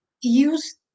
use